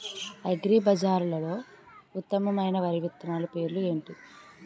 అగ్రిబజార్లో ఉత్తమమైన వరి విత్తనాలు పేర్లు ఏంటి?